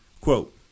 quote